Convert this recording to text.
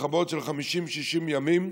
מלחמות של 50, 60 ימים.